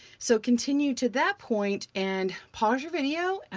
so continue to that point, and pause your video.